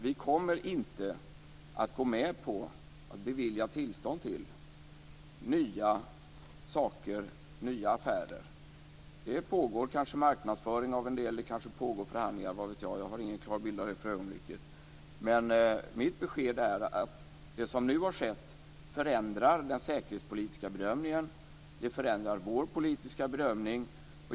Vi kommer inte att gå med på att bevilja tillstånd till nya affärer. Det pågår kanske marknadsföring och förhandlingar - vad vet jag för jag har ingen klar bild över det för ögonblicket. Men mitt besked är att det som nu har skett förändrar den säkerhetspolitiska bedömningen, det förändrar vår politiska bedömning.